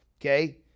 Okay